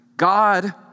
God